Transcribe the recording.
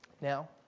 Now